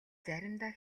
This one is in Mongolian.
заримдаа